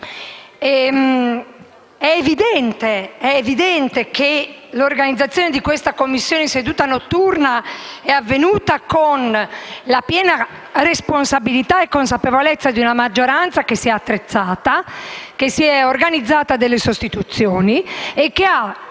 È evidente che l'organizzazione di questa riunione della Commissione in seduta notturna è avvenuta con la piena responsabilità e consapevolezza di una maggioranza che si è attrezzata, che si è organizzata per le sostituzioni e che ha